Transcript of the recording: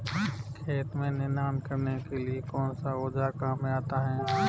खेत में निनाण करने के लिए कौनसा औज़ार काम में आता है?